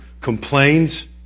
complains